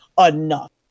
enough